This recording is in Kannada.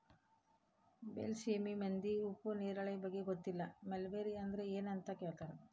ಬೈಲಸೇಮಿ ಮಂದಿಗೆ ಉಪ್ಪು ನೇರಳೆ ಬಗ್ಗೆ ಗೊತ್ತಿಲ್ಲ ಮಲ್ಬೆರಿ ಅಂದ್ರ ಎನ್ ಅಂತ ಕೇಳತಾರ